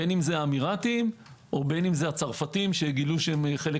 בין אם זה אמירתיים או הצרפתים שגילו שהם חלק